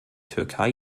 türkei